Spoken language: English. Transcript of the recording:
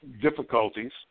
difficulties